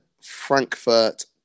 Frankfurt